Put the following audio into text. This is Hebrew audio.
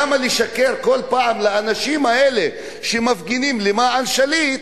למה לשקר כל פעם לאנשים האלה שמפגינים למען שליט?